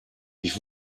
ich